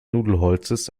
nudelholzes